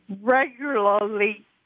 regularly